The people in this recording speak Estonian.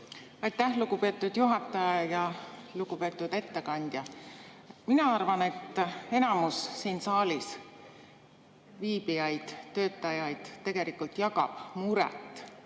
Aitäh, lugupeetud juhataja! Lugupeetud ettekandja! Mina arvan, et enamik siin saalis viibijaid, töötajaid, tegelikult jagab muret